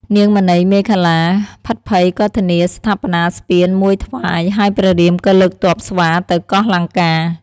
នាង មណីមេខល្លា ភិតភ័យក៏ធានាស្ថាបនាស្ពានមួយថ្វាយ ហើយព្រះរាមក៏លើកទ័ពស្វាទៅកោះលង្កា។